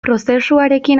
prozesuarekin